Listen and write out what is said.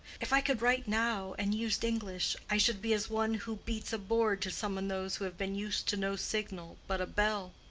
if i could write now and used english, i should be as one who beats a board to summon those who have been used to no signal but a bell.